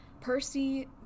Percy